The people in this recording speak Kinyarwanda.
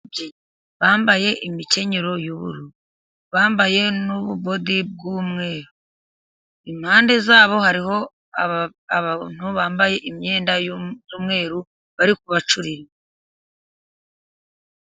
Ababyinnyi bambaye imikenyero y'ubururu, bambaye n'ububodi bw'umweru, impande zabo hariho abantu bambaye imyenda y'umweru, bari kubacuririra.